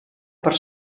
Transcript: per